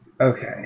Okay